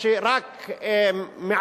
בחקיקה שרק מעכבת,